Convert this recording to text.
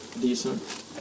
Decent